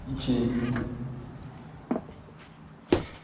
ठीक ऐ